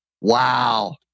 wow